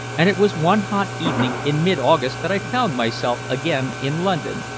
and it was one hot evening in mid-august that i found myself again in london,